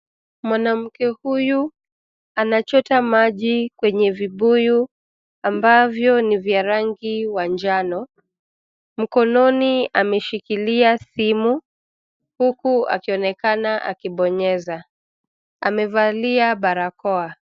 Mwanamke huyu anachota maji kwenye vibuyu ambavyo ni vya rangi wa njano. Mkononi ameshikilia simu huku akionekana akibonyeza. Amevalia barakoa.